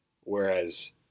whereas